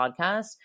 podcast